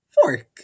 fork